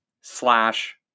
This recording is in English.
slash